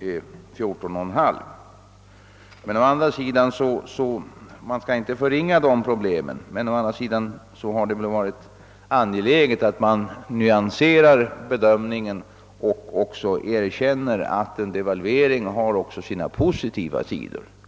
14,5. Man skall alltså inte förringa dessa problem, men å andra sidan är det angeläget att man nyanserar bedömningen och erkänner att en devalvering också har sina positiva sidor.